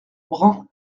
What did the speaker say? bren